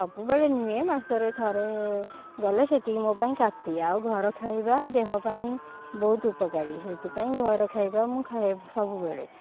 ସବୁବେଳେ ନୁହେଁ ମାସରେ ଥରେ ଗଲେ ସେତିକି ମୋ ପାଇଁ କାଫି ଆଉ ଘର ଖାଇବା ଦେହ ପାଇଁ ବହୁତ ଉପକାରି ସେଇଥିପାଇଁ ଘର ଖାଇବା ମୁଁ ଖାଏ ସବୁବେଳେ